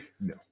No